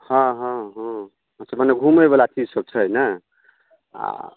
हाँ हाँ हाँ अच्छा मने घुमै बला चीज सभ छै नहि आ